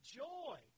joy